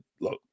look